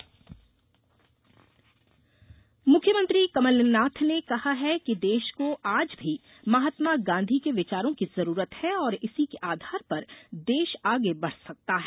गांधी प्रवास यात्रा मुख्यमंत्री कमलनाथ ने कहा है कि देश को आज भी महात्मा गांधी के विचारों की जरूरत है और इसी के आधार पर देश आगे बढ़ सकता है